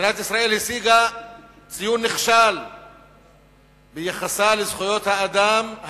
מדינת ישראל השיגה ציון נכשל ביחסה לזכויות האדם,